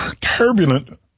turbulent